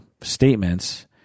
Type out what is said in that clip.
statements